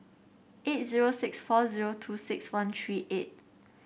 eight zero six four zero two six one three eight